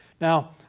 Now